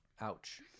Ouch